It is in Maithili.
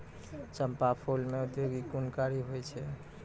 चंपा फूल मे औषधि गुणकारी होय छै